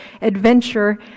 adventure